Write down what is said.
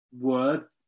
word